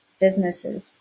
businesses